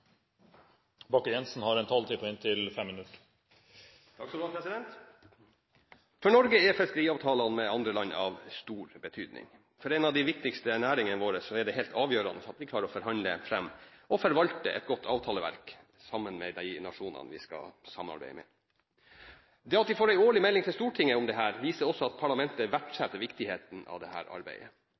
fiskeriavtalene med andre land av stor betydning. For en av de viktigste næringene våre er det helt avgjørende at vi klarer å forhandle fram og forvalte et godt avtaleverk sammen med de nasjonene vi skal samarbeide med. Det at vi får en årlig melding til Stortinget om dette viser også at parlamentet verdsetter viktigheten av dette arbeidet. Det